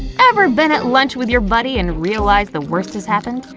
ever been at lunch with your buddy and realize the worst has happened?